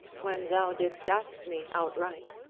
when thou didst ask me outright.